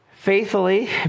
faithfully